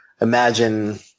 imagine